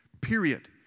period